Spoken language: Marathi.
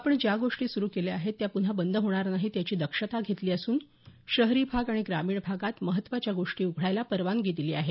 आपण ज्या गोष्टी सुरु केल्या आहेत त्या पुन्हा बंद होणार नाहीत याची दक्षता घेतली असून शहरी भाग आणि ग्रामीण भागात महत्वाच्या गोष्टी उघडायला परवानगी दिली आहे